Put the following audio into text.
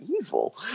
Evil